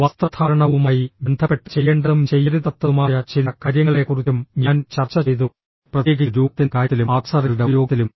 വസ്ത്രധാരണവുമായി ബന്ധപ്പെട്ട് ചെയ്യേണ്ടതും ചെയ്യരുതാത്തതുമായ ചില കാര്യങ്ങളെക്കുറിച്ചും ഞാൻ ചർച്ച ചെയ്തു പ്രത്യേകിച്ച് രൂപത്തിന്റെ കാര്യത്തിലും ആക്സസറികളുടെ ഉപയോഗത്തിലും